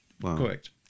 Correct